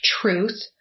truth